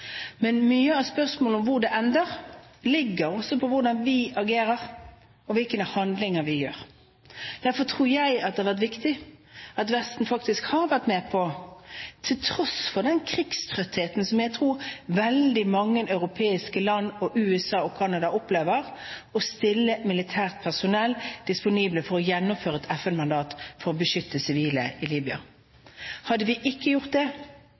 av spørsmålene om hvor det ender, handler også om hvordan vi agerer, hvilke handlinger vi gjør. Derfor mener jeg det har vært viktig at Vesten faktisk har vært med på – til tross for den krigstrettheten som jeg tror veldig mange europeiske land, USA og Canada opplever – å stille militært personell disponibelt for å gjennomføre et FN-mandat for å beskytte sivile i Libya. Hadde vi ikke gjort det,